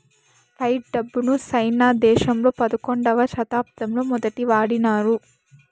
fight డబ్బును China దేశంలో పదకొండవ శతాబ్దంలో మొదటి వాడినారు